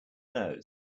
nose